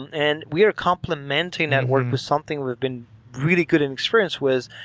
and we are complimenting that work with something we've been really good in experience with,